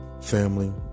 Family